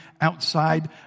outside